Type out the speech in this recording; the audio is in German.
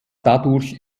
dadurch